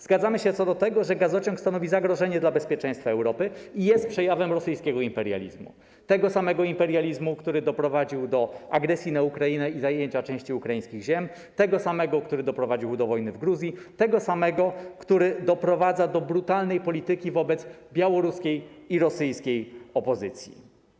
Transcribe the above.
Zgadzamy się co do tego, że gazociąg stanowi zagrożenie dla bezpieczeństwa Europy i jest przejawem rosyjskiego imperializmu - tego samego imperializmu, który doprowadził do agresji na Ukrainie i zajęcia części ukraińskich ziem, tego samego, który doprowadził do wojny w Gruzji, tego samego, który doprowadza do brutalnej polityki wobec białoruskiej i rosyjskiej opozycji.